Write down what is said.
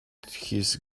his